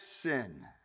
sin